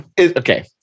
okay